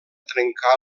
trencar